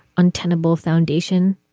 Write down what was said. untenable foundation.